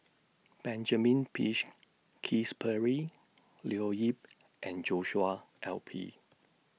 Benjamin Peach Keasberry Leo Yip and Joshua L P